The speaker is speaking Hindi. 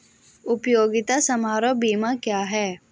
उपयोगिता समारोह बीमा क्या है?